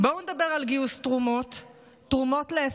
תגידו לי,